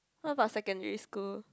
what about secondary school